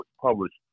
published